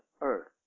earth